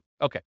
Okay